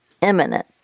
imminent